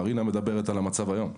מרינה מדברת על המצב היום.